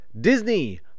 Disney